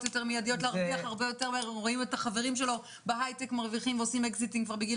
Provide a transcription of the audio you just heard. ורואה את החברים שלו בהייטק מרוויחים ועושים אקזיט בגיל